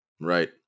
right